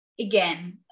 again